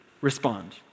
respond